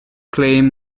claim